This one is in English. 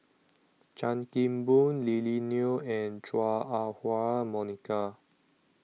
Chan Kim Boon Lily Neo and Chua Ah Huwa Monica